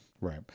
Right